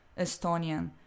Estonian